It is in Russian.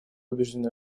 убеждены